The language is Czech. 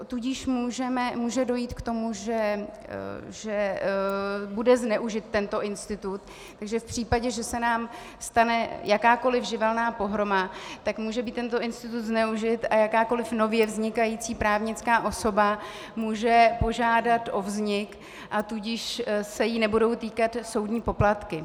Tudíž může dojít k tomu, že bude zneužit tento institut, že v případě, že se nám stane jakákoli živelní pohroma, může být tento institut zneužit, a jakákoli nově vznikající právnická osoba může požádat o vznik, tudíž se jí nebudou týkat soudní poplatky.